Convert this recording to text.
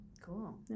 Cool